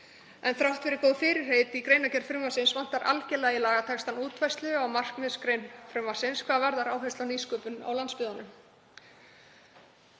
Þrátt fyrir góð fyrirheit í greinargerð frumvarpsins vantar algerlega í lagatextann útfærslu á markmiðsgrein frumvarpsins hvað varðar áherslu á nýsköpun á landsbyggðunum.